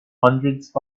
hundreds